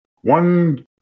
one